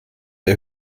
der